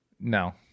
No